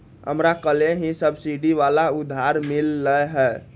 हमरा कलेह ही सब्सिडी वाला उधार मिल लय है